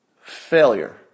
failure